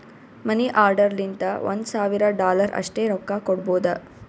ಮನಿ order ಲಿಂತ ಒಂದ್ ಸಾವಿರ ಡಾಲರ್ ಅಷ್ಟೇ ರೊಕ್ಕಾ ಕೊಡ್ಬೋದ